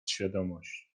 świadomość